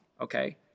Okay